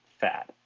fat